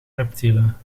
reptielen